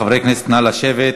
חברי כנסת, נא לשבת.